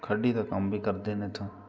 खड्डी दी कम बी करदे ना इत्थु